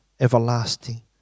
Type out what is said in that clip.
Everlasting